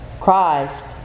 Christ